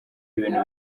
ibintu